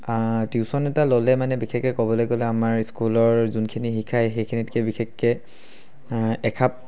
tuition এটা ল'লে মানে বিশেষকৈ ক'বলৈ গ'লে আমাৰ স্কুলৰ যোনখিনি শিকায় সেইখিনিতকৈ বিশেষকৈ এখাপ